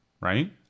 right